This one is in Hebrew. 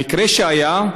המקרה שהיה,